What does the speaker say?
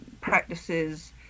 practices